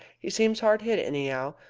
he seems hard hit anyhow.